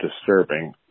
disturbing